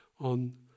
on